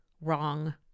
wrong